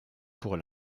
pour